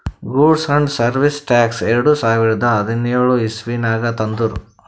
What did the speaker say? goods and service tax ಎರಡು ಸಾವಿರದ ಹದಿನ್ಯೋಳ್ ಇಸವಿನಾಗ್ ತಂದುರ್